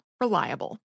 reliable